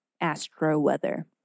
astro-weather